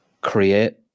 create